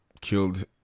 killed